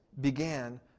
began